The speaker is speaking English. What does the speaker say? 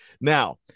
Now